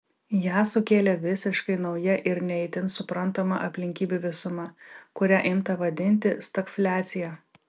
ją sukėlė visiškai nauja ir ne itin suprantama aplinkybių visuma kurią imta vadinti stagfliacija